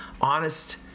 honest